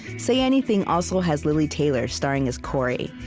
say anything also has lili taylor starring as corey,